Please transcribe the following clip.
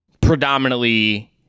predominantly